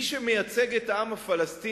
מי שמייצג את העם הפלסטיני,